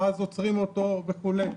אז עוצרים אותו וכו'.